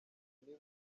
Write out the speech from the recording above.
n’imwe